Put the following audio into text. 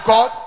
God